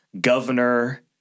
governor